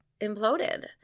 imploded